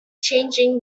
changing